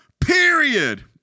period